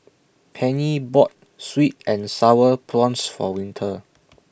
Pennie bought Sweet and Sour Prawns For Winter